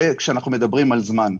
זה כשאנחנו מדברים על זמן.